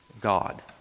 God